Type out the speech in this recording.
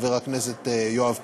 חבר הכנסת יואב קיש.